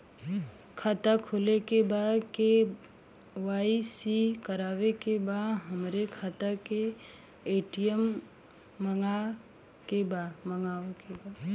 खाता खोले के बा के.वाइ.सी करावे के बा हमरे खाता के ए.टी.एम मगावे के बा?